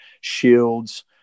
shields